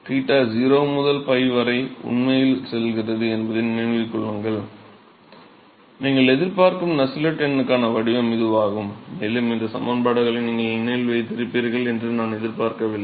𝞱 0 முதல் 𝞹 வரை உண்மையில் செல்கிறது என்பதை நினைவில் கொள்ளுங்கள் நீங்கள் எதிர்பார்க்கும் நஸ்ஸெல்ட் எண்ணுக்கான வடிவம் இதுவாகும் மேலும் இந்த சமன்பாடுகளை நீங்கள் நினைவில் வைத்திருப்பீர்கள் என்று நான் எதிர்பார்க்கவில்லை